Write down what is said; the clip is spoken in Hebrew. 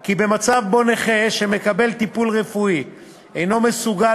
כי במצב שבו נכה שמקבל טיפול רפואי אינו מסוגל